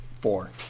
four